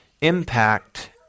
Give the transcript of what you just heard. impact